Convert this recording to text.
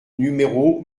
numéro